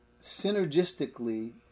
synergistically